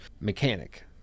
mechanic